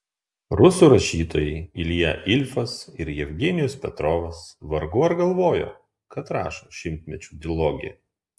rusų rašytojai ilja ilfas ir jevgenijus petrovas vargu ar galvojo kad rašo šimtmečių dilogiją